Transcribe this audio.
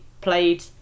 played